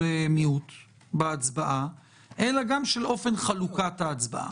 מיעוט בהצבעה אלא גם באופן חלוקת ההצבעה.